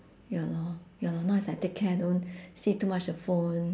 ya lor ya lor now is like take care don't see too much of phone